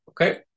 Okay